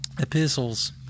epistles